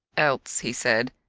else, he said,